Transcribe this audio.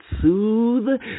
soothe